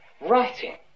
writing